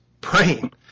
praying